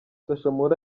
social